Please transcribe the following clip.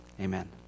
Amen